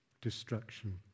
destruction